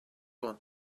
want